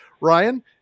Ryan